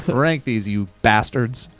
rank these you bastards.